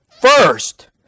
first